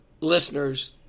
listeners